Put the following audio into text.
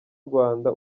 rwanda